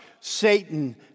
Satan